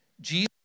Jesus